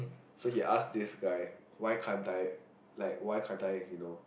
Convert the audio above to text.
so he ask this guy why can't I like why can't I you know